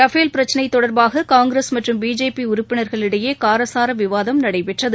Rafale பிரச்சினை தொடர்பாக காங்கிரஸ் மற்றும் பிஜேபி உறுப்பினர்களிடையே காரசார விவாதம் நடைபெற்றது